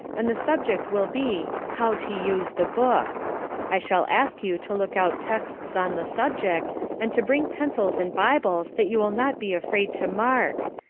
and the subject will be how to use the book i shall ask you to look out texts on the subjects, and to bring pencils and bibles that you will not be afraid to mark,